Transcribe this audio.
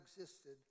existed